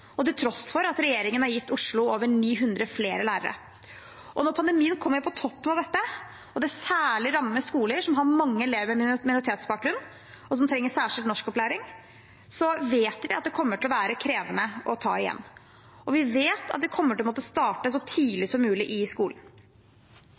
og til tross for at regjeringen har gitt Oslo over 900 flere lærere. Når pandemien kommer på toppen av dette, og det særlig rammer skoler som har mange elever med minoritetsbakgrunn, og som trenger særskilt norskopplæring, vet vi at det kommer til å være krevende å ta igjen. Og vi vet at de kommer til å måtte starte så